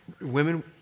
Women